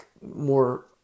more